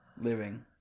living